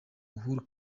uhuru